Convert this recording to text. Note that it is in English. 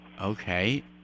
Okay